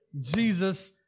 Jesus